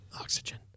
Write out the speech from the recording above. Oxygen